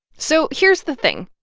so here's the thing.